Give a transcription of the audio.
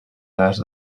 cas